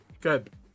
Good